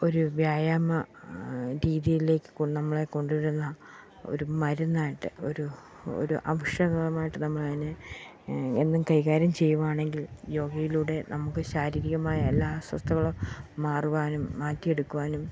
ഒരു വ്യായാമ രീതിയിലേക്ക് നമ്മളെ കൊണ്ടുവരുന്ന ഒരു മരുന്നായിട്ട് ഒരു ഒരു ഔഷധമായിട്ട് നമ്മളതിനെ എന്നും കൈകാര്യം ചെയ്യുവാണെങ്കിൽ യോഗയിലൂടെ നമുക്ക് ശാരീരികമായ എല്ലാ അസ്വസ്ഥതകളും മാറുവാനും മാറ്റിയെടുക്കുവാനും